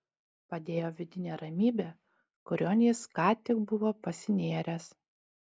padėjo vidinė ramybė kurion jis ką tik buvo pasinėręs